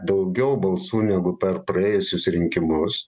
daugiau balsų negu per praėjusius rinkimus